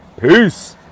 Peace